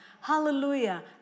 hallelujah